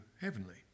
heavenly